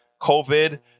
COVID